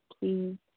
Please